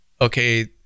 Okay